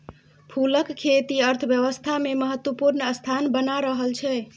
फूलक खेती अर्थव्यवस्थामे महत्वपूर्ण स्थान बना रहल छै